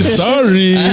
sorry